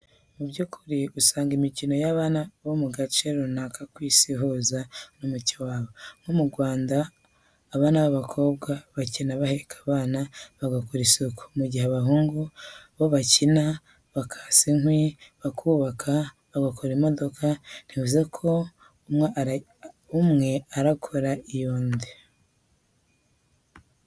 Mu by'ukuri usanga imikino y'abana bo mu gace runaka k'Isi ihuza n'umuco waho; nko mu Rwanda abana b'abakobwa bakina baheka abana, bakora isuku; mu gihe abahungu bo bakanika, bakasa inkwi, bakubaka, bagakora imodoka; ntibivuze ko umwe arakora iy'undi.